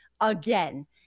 again